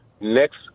Next